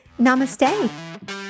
Namaste